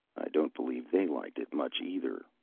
don't believe they liked it much either,